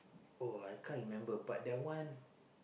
bro I can't remember but that one